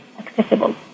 accessible